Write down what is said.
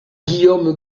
guillaume